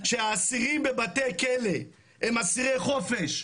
שהאסירים בבתי הכלא הם אסירי חופש,